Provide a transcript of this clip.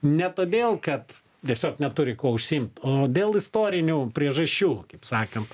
ne todėl kad tiesiog neturi kuo užsiimt o dėl istorinių priežasčių kaip sakant